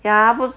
ya 不